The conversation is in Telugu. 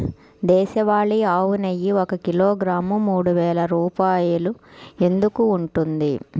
దేశవాళీ ఆవు నెయ్యి ఒక కిలోగ్రాము మూడు వేలు రూపాయలు ఎందుకు ఉంటుంది?